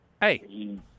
Hey